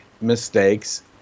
mistakes